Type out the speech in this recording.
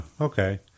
okay